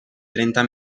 trenta